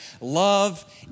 Love